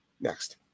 Next